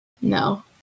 No